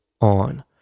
on